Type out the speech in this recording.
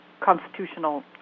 constitutional